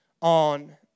on